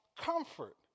comfort